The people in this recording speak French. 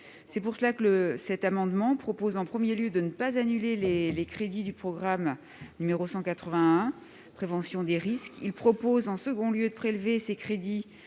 C'est pour cela que cet amendement tend, en premier lieu, à ne pas annuler les crédits du programme 181, « Prévention des risques », et, en second lieu, à prélever ces crédits